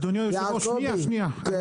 יעקובי כן.